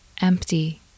empty